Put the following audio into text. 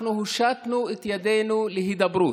אנחנו הושטנו את ידנו להידברות,